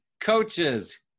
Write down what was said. Coaches